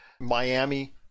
Miami